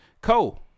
Cole